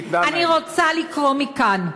אני רוצה לקרוא מכאן,